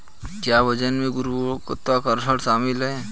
क्या वजन में गुरुत्वाकर्षण शामिल है?